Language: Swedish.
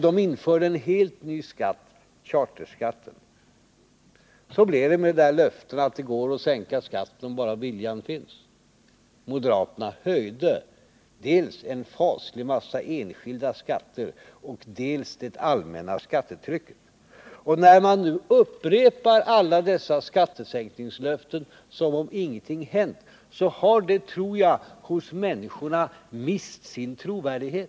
De införde en helt ny skatt: charterskatten. Så blev det med löftet att det går att sänka skatten, bara viljan finns. Moderaterna höjde dels en massa enskilda skatter, dels det allmänna skattetrycket. När man nu upprepar alla dessa skattesänkningslöften som om ingenting hänt så har de ingen trovärdighet.